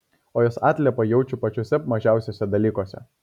o jos atliepą jaučiu pačiuose mažiausiuose dalykuose